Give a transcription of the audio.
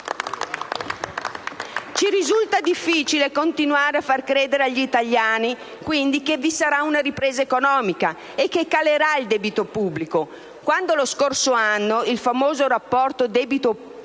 Ci risulta difficile continuare a far credere agli italiani, quindi, che vi sarà una ripresa economica e che calerà il debito pubblico, quando lo scorso anno il famoso rapporto debito pubblico-PIL